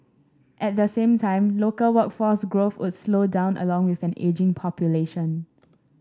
at the same time local workforce growth would slow down along with an ageing population